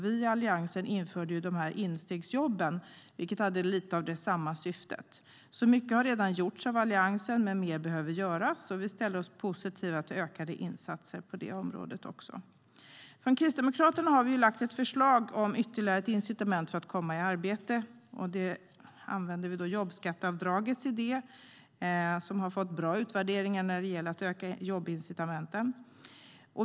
Vi i Alliansen införde instegsjobben vilka hade samma syfte. Så mycket har redan gjorts av Alliansen, men mer behöver göras och vi ställer oss positiva till ökade insatser också på det området. Från Kristdemokraterna har vi lagt fram ett förslag om ytterligare incitament för att komma i arbete - detta utifrån jobbskatteavdragets idé. Jobbskatteavdraget har ju fått bra resultat i utvärderingar avseende att öka jobbincitamenten.